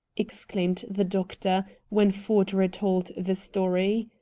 exclaimed the doctor, when ford retold the story.